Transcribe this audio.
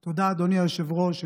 תודה, אדוני היושב-ראש.